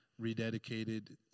rededicated